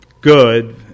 good